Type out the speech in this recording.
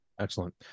Excellent